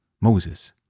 Moses